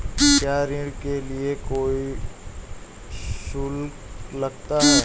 क्या ऋण के लिए कोई शुल्क लगता है?